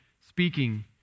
speaking